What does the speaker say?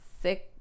six